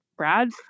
Brad